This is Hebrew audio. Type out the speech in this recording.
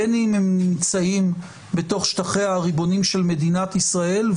בין אם הם נמצאים בתוך שטחיה הריבוניים של מדינת ישראל,